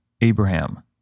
Abraham